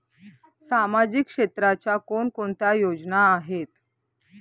सामाजिक क्षेत्राच्या कोणकोणत्या योजना आहेत?